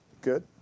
Good